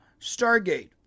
Stargate